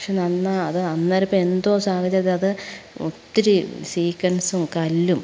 പക്ഷെ നന്നാൽ അതു അന്നേരമിപ്പം എന്തോ സാഹചര്യത്തിൽ അത് ഒത്തിരി സീക്വൻസും കല്ലും